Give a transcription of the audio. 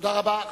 תודה רבה.